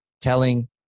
telling